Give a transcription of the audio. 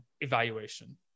evaluation